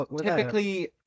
typically